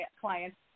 clients